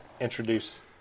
introduce